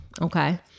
okay